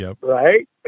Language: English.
Right